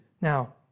Now